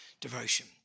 devotion